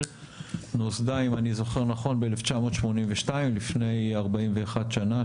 נוסדה אם אני זוכר נכון ב-1982 לפני 41 שנה,